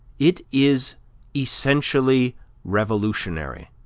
it is essentially revolutionary,